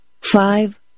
five